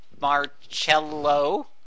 marcello